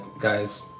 guys